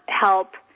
help